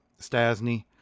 Stasny